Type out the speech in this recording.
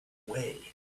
way